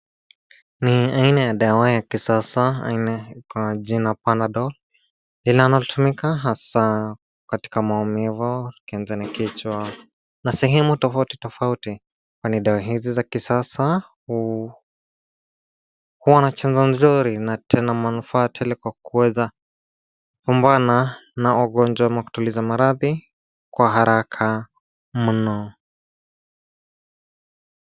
Ni aina ya dawa ya kisasa aina ya kwa jina panadol inalotumika hasa katika maumivu ukianza na kichwa na sehemu, tofauti tofauti kwani dawa hizi za kisasa huwa na changa mzuri na manufaa tele kwa kuweza kukumbana na ugonjwa ama kutuliza maradhi kwa haraka mno.